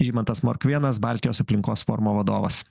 žymantas morkvėnas baltijos aplinkos forumo vadovas